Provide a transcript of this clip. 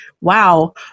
wow